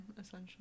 essentially